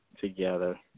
together